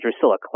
Drusilla